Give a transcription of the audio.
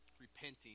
repenting